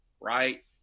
right